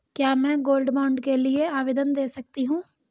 क्या मैं gold bond के लिए आवेदन दे सकती हूँ?